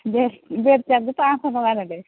bed bed charge ପାଞ୍ଚଶହ ଟଙ୍କା ନେବେ